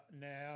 now